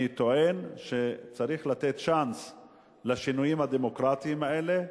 אני טוען שצריך לתת צ'אנס לשינויים הדמוקרטיים האלה.